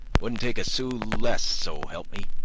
wouldn't take a sou less, so help me.